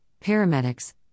paramedics